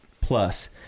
plus